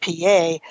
PA